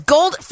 Gold